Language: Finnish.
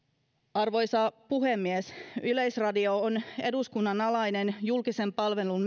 arvoisa puhemies yleisradio on eduskunnan alainen julkisen palvelun